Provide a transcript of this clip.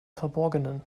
verborgenen